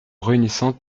réunissant